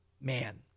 man